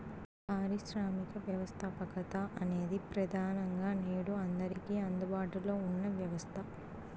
పారిశ్రామిక వ్యవస్థాపకత అనేది ప్రెదానంగా నేడు అందరికీ అందుబాటులో ఉన్న వ్యవస్థ